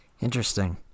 Interesting